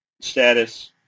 Status